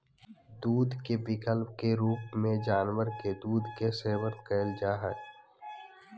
दूध के विकल्प के रूप में जानवर के दूध के सेवन कइल जा हइ